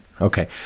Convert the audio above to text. Okay